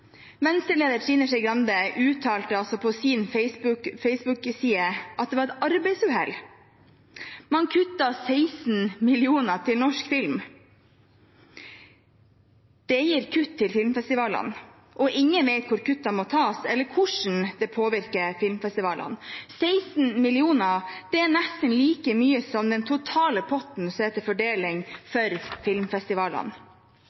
Venstre-leder Trine Skei Grande uttalte på sin Facebook-side at det var et arbeidsuhell. Man kuttet 16 mill. kr til norsk film. Det gir kutt til filmfestivalene. Ingen vet hvor kuttene må tas, eller hvordan det påvirker filmfestivalene. 16 mill. kr er nesten like mye som den totale potten til fordeling